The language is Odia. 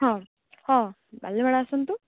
ହଁ ହଁ ଆସନ୍ତୁ